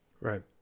Right